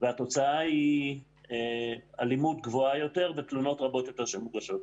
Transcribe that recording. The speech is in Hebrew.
והתוצאה היא אלימות גבוהה יותר בתלונות רבות יותר שמוגשות.